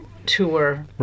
tour